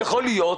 יכול להיות,